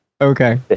Okay